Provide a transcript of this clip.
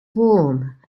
warm